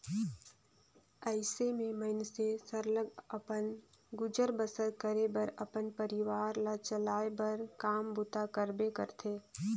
अइसे में मइनसे सरलग अपन गुजर बसर करे बर अपन परिवार ल चलाए बर काम बूता करबे करथे